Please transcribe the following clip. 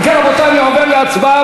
אם כן, רבותי, אני עובר להצבעה.